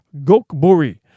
Gokburi